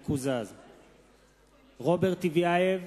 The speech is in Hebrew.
אינו משתתף בהצבעה רוברט טיבייב,